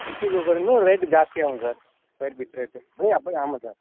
சிட்டிக்குள்ளே பார்த்தீங்கன்னா ரேட்டு ஜாஸ்தியாகும் சார் ஸ்கொயர் ஃபீட்டு ரேட்டு ஆமாம் சார்